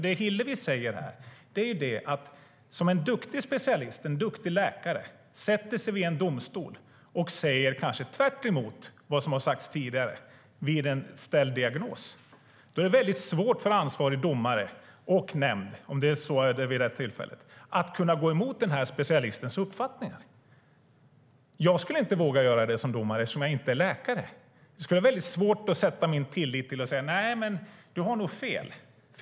Det Hillevi säger här är att om en duktig specialist, en duktig läkare, sätter sig i en domstol och säger kanske tvärtemot vad som har sagts tidigare vid en ställd diagnos är det väldigt svårt för ansvarig domare och nämnd, om det är så vid det här tillfället, att gå emot specialistens uppfattning. Jag skulle inte våga göra det som domare, eftersom jag inte är läkare. Jag skulle ha svårt att säga: Nej, du har nog fel.